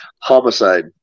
homicide